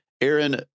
Aaron